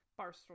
Barstool